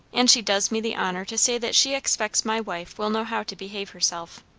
and she does me the honour to say that she expects my wife will know how to behave herself.